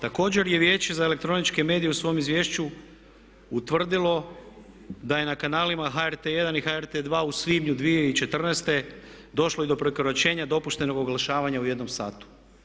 Također je Vijeće za elektroničke medije u svom izvješću utvrdilo da je na kanalima HRT 1 i HRT 2 u svibnju 2014. došlo i do prekoračenja dopuštenog oglašavanja u jednom satu.